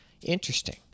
Interesting